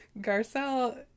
Garcelle